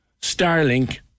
Starlink